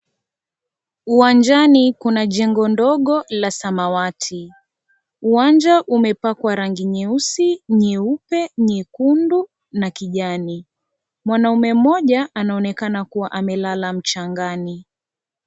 Uwanjani kuna jengo ndogo la samawati uwanja umepakwa rangi nyeusi, nyeupe, nyekundu na kijani mwanaume mmoja anaonekana kuwa amelala mchangani.